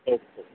ଠିକ୍ ଠିକ୍